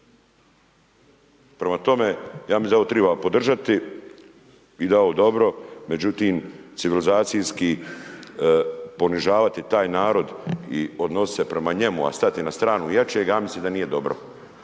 prema tome ja mislim da ovo treba podržati i da je ovo dobro, međutim civilizacijski ponižavati taj narod i odnositi se prema njemu a stati na stranu jačega, ja mislim da nije dobro.